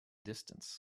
distance